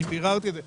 אני ביררתי את זה.